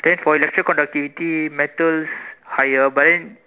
test for electrical activity metals higher bend